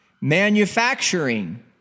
manufacturing